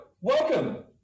welcome